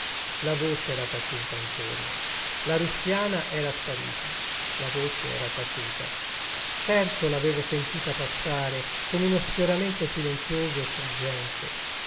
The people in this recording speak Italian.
la voce era taciuta intorno la ruffiana era sparita la voce era taciuta certo l'avevo sentita passare con uno sfioramento silenzioso struggente